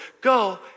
go